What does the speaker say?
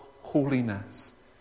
holiness